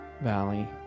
valley